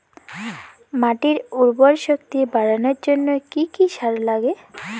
মাটির উর্বর শক্তি বাড়ানোর জন্য কি কি সার লাগে?